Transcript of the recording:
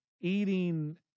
eating